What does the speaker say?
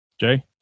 Jay